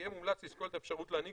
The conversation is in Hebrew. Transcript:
יהיה מומלץ לשקול את האפשרות להנהיג